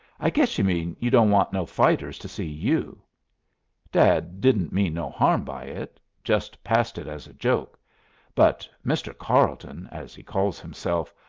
i guess you mean you don't want no fighters to see you dad didn't mean no harm by it, just passed it as a joke but mr. carleton, as he calls himself,